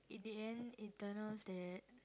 in the end it turns out that